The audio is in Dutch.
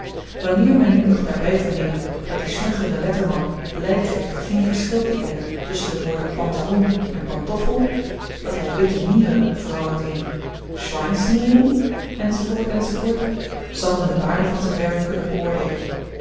wanneer men nu nog daarby verneemt dat die snuggere letterman blyk geeft geen verschil te kennen tusschen de woorden pantalon en pantoffel dat hy witte mieren verandert in schweinsnieren enz enz zal men de waarde van z'n werk kunnen beoordeelen